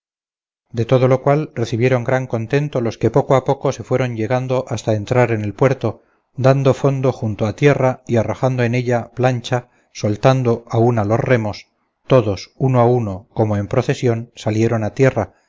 de todo lo cual recibieron gran contento los que poco a poco se fueron llegando hasta entrar en el puerto dando fondo junto a tierra y arrojando en ella la plancha soltando a una los remos todos uno a uno como en procesión salieron a tierra